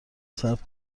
صبر